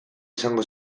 izango